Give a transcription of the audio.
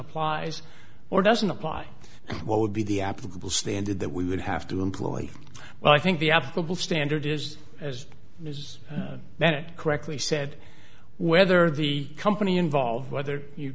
applies or doesn't apply what would be the applicable standard that we would have to employ but i think the applicable standard is as is that it correctly said whether the company involved whether